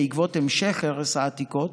בעקבות המשך הרס העתיקות